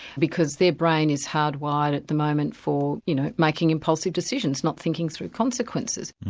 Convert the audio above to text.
because their brain is hard-wired at the moment for you know making impulsive decisions, not thinking through consequences.